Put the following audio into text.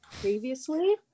previously